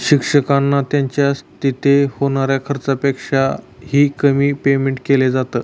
शिक्षकांना त्यांच्या तिथे होणाऱ्या खर्चापेक्षा ही, कमी पेमेंट केलं जात